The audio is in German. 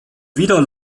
wieder